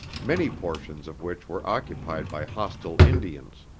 many portions of which were occupied by hostile indians.